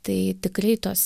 tai tikrai tos